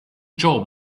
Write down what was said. job